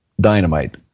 dynamite